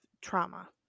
trauma